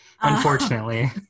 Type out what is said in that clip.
unfortunately